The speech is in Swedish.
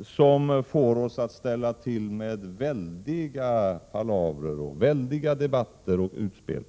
som får oss att ställa till med väldiga palavrer, debatter och utspel.